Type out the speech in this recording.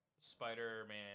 Spider-Man